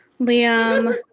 Liam